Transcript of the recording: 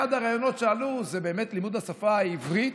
אחד הרעיונות שעלו הוא באמת לימוד השפה העברית.